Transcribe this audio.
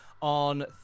on